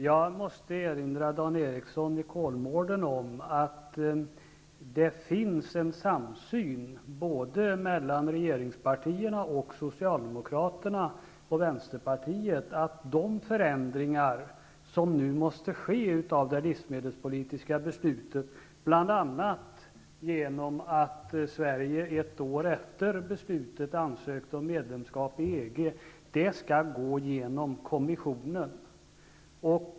Jag måste erinra Dan Ericsson i Kolmården om att den finns en samsyn mellan såväl regeringspartierna och Socialdemokraterna som Vänsterpartiet att de förändringar av det livsmedelspolitiska beslutet som nu måste ske, bl.a. genom att Sverige ett år efter fattat beslut ansökte om medlemskap i EG, skall ske genom kommissionen.